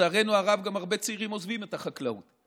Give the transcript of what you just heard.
לצערנו הרב גם הרבה צעירים עוזבים את החקלאות.